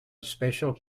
special